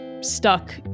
stuck